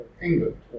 England